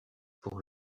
pour